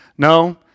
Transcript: No